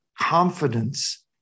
confidence